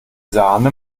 sahne